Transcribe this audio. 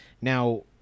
Now